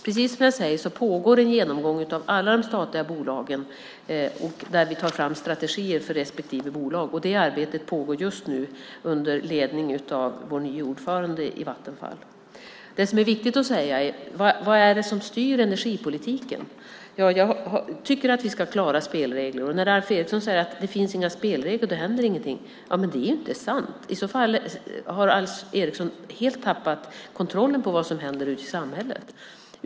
Precis som jag sade pågår en genomgång av alla de statliga bolagen, där vi tar fram strategier för respektive bolag. Det arbetet pågår just nu under ledning av ny ordförande i Vattenfall. Vad är det som styr energipolitiken? Ja, jag tycker att vi ska ha klara spelregler. Alf Eriksson säger att det inte finns några spelregler och att det inte händer någonting. Men det är inte sant. I så fall har Alf Eriksson helt tappat kontrollen på vad som händer ute i samhället.